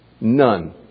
None